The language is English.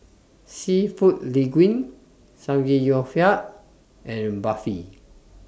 Seafood Linguine Samgeyopsal and Barfi